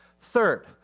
Third